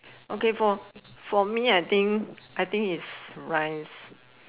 okay for for me I think I think is rice